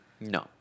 No